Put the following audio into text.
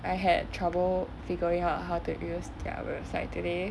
I had trouble figuring out how to use their website today